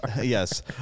Yes